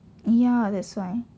ya that's why